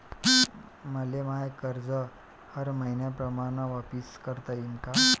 मले माय कर्ज हर मईन्याप्रमाणं वापिस करता येईन का?